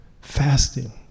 fasting